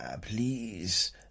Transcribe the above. Please